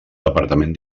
departament